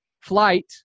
flight